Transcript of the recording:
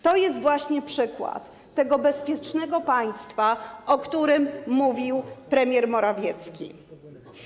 To jest właśnie przykład tego bezpiecznego państwa, o którym mówił premier Morawiecki.